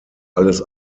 alles